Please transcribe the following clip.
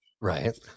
Right